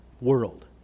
world